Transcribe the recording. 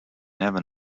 never